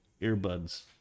earbuds